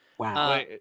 Wow